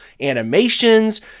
animations